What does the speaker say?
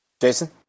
Jason